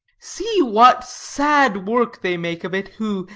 see what sad work they make of it, who,